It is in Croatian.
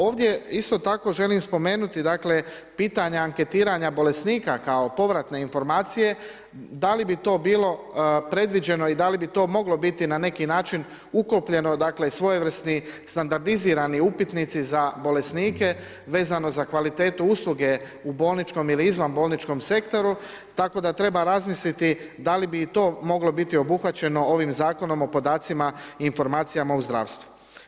Ovdje isto tako želim spomenuti pitanja anketiranja bolesnika kao povratne informacije da li bi to bilo predviđeno i da li bi to moglo biti na neki način ukopljeno dakle svojevrsni standardizirani upitnici za bolesnike vezano za kvalitetu usluge u bolničkom ili izvan bolničkom sektoru tako da treba razmisliti da li bi to moglo biti obuhvaćeno ovim zakonom o podacima i informacijama u zdravstvu.